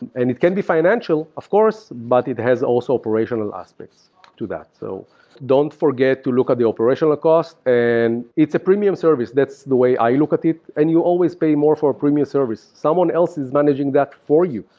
and and it can be financial, of course, but it has also operational aspects to that. so don't forget to look at the operational ah cost, and it's a premium service. that's the way i look at it, and you always pay more for a premium service. someone else is managing that for you.